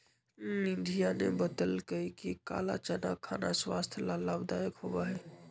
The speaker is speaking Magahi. निधिया ने बतल कई कि काला चना खाना स्वास्थ्य ला लाभदायक होबा हई